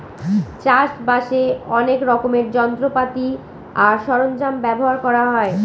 চাষ বাসে অনেক রকমের যন্ত্রপাতি আর সরঞ্জাম ব্যবহার করা হয়